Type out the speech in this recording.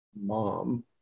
mom